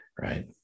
right